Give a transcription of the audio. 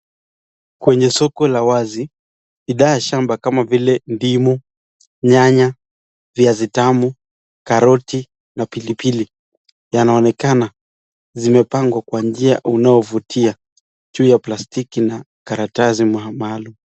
Kwenye soko la wazi, bidhaa ya shamba kama vile ndimu, nyanya, viazi tamu ,karoti ,na pilipili yanaonekana zimepagwa kwa njia unao vutia juu ya plastiki na karatasi maalum.